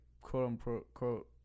quote-unquote